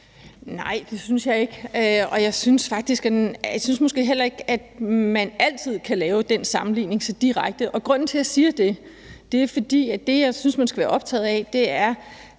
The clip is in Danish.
Nej, det synes jeg ikke, og jeg synes måske heller ikke, at man altid kan lave den sammenligning så direkte. Grunden til, at jeg siger det, er, at det, jeg synes, man skal være optaget af, er